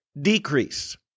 decrease